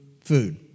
Food